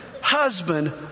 Husband